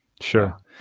sure